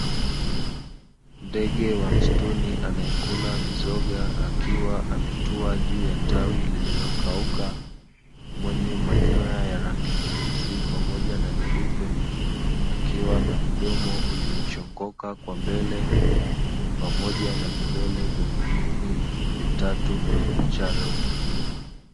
Ndege wa msituni anayekula mizoga akiwa ametua juu ya tawi lililokauka, mwenye manyoya ya rangi nyeusi pamoja na nyeupe, akiwa na mdomo uliochongoka kwa mbele pamoja na vidole vya miguuni vitatu vyenye kucha refu.